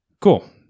Cool